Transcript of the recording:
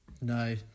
No